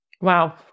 Wow